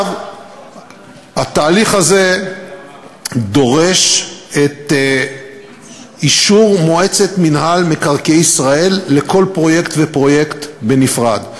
התהליך הזה דורש את אישור מועצת מקרקעי ישראל לכל פרויקט ופרויקט בנפרד,